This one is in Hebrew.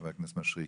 חבר הכנסת משריקי,